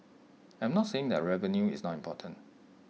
I'm not saying that revenue is not important